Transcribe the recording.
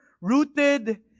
rooted